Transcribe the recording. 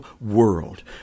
World